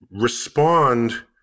respond